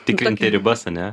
tikrinti ribas ane